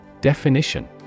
Definition